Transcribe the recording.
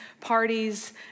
parties